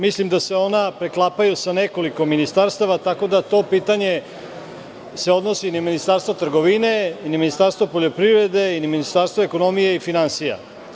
Mislim da se ona preklapaju sa nekoliko ministarstava, tako da to pitanje se odnosi i na Ministarstvo trgovine, i na Ministarstvo poljoprivrede i na Ministarstvo ekonomije i finansija.